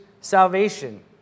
salvation